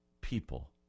people